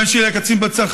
הבן שלי היה קצין בצנחנים,